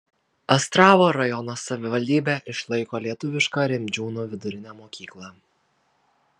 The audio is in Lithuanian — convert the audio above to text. astravo rajono savivaldybė išlaiko lietuvišką rimdžiūnų vidurinę mokyklą